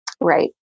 Right